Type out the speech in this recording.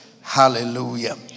hallelujah